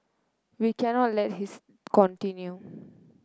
we cannot let his continue